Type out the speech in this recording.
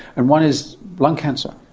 and one is lung cancer.